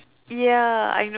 ya I know